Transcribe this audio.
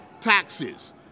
taxes